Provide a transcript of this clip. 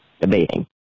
debating